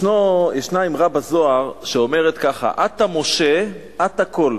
ישנה אמרה בזוהר שאומרת כך: "אתא משה אתא קול".